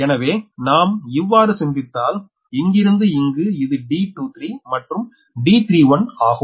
எனவே நாம் இவ்வாறு சிந்தித்தால் இங்கிருந்து இங்கு இது D23 மற்றும் D31 ஆகும்